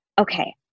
okay